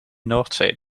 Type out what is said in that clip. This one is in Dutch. noordzee